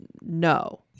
No